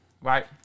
Right